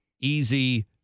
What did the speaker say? easy